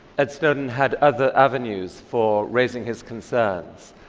ed snowden had other avenues for raising his concerns.